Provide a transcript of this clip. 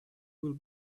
will